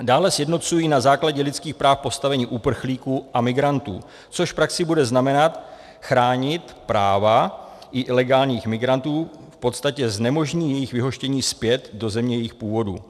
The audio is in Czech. Dále sjednocují na základě lidských práv postavení uprchlíků a migrantů, což v praxi bude znamenat chránit práva i ilegálních migrantů, v podstatě to znemožní jejich vyhoštění zpět do země jejich původu.